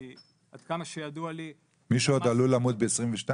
כי עד כמה שידוע לי --- מישהו עוד עלול למות ב-2022?